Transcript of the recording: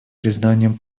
признанием